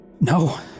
no